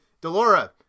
delora